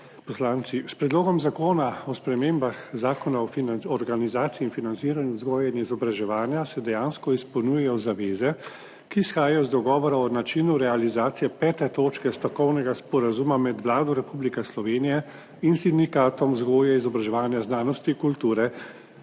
poslanci! S Predlogom zakona o spremembah Zakona o organizaciji in financiranju vzgoje in izobraževanja se dejansko izpolnjujejo zaveze, ki izhajajo iz dogovora o načinu realizacije 5. točke stavkovnega sporazuma med Vlado Republike Slovenije in Sindikatom vzgoje, izobraževanja, znanosti in kulture,